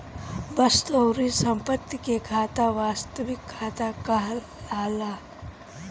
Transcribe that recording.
वस्तु अउरी संपत्ति के खाता वास्तविक खाता कहलाला